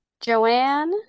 Joanne